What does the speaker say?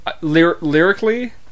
lyrically